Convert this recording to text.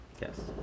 Yes